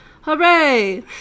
Hooray